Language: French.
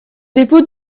dépôt